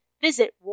visit